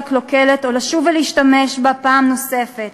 קלוקלת או לשוב ולהשתמש בה פעם נוספת.